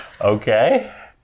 Okay